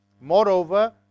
Moreover